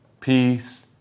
peace